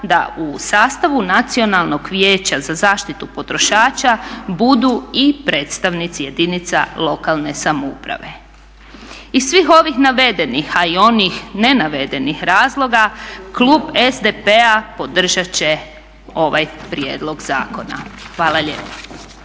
da u sastavu Nacionalnog vijeća za zaštitu potrošača budu i predstavnici jedinica lokalne samouprave. Iz svih ovih navedenih a i onih ne navedenih razloga klub SDP-a podržat će ovaj prijedlog zakona. Hvala lijepa.